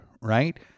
right